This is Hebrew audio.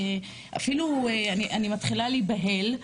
אני אפילו מתחילה להיבהל,